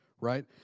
Right